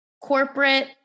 corporate